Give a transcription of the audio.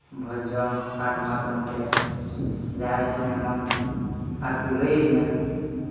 ᱵᱷᱚᱡᱽ ᱡᱚᱢ ᱠᱟᱨᱰ ᱢᱟᱫᱫᱷᱚᱢᱛᱮ ᱡᱟᱦᱟᱸᱭ ᱠᱚ ᱱᱮᱢᱚᱱᱛᱚᱱᱱᱚ ᱟᱨᱠᱚ ᱞᱟᱹᱭᱟᱹᱧᱟ